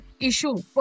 issue